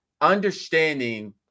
understanding